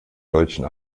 deutschen